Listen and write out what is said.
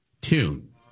tune